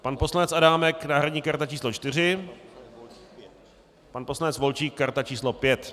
Pan poslanec Adámek náhradní karta číslo 4, pan poslanec Volčík karta číslo 5.